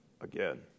again